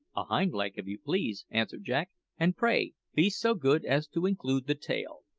a hind leg, if you please, answered jack and, pray, be so good as to include the tail.